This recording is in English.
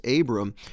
Abram